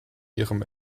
ihrem